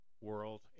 world